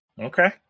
Okay